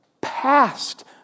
passed